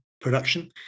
production